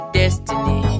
destiny